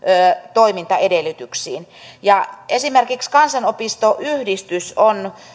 toimintaedellytyksiin esimerkiksi kansanopistoyhdistys on